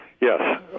yes